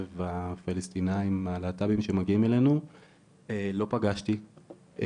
הפלסטינאים הלהט"בים שמגיעים אלינו לא פגשתי.